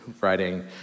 writing